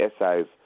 essays